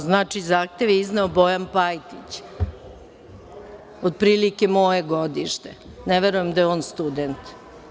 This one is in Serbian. Znači, zahtev je izneo Bojan Pajtić, otprilike moje godište, ne verujem da je on student.